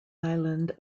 island